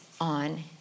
on